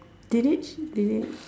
did they actually did it